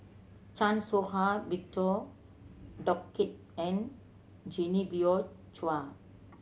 Chan Soh Ha Victor Doggett and Genevieve Chua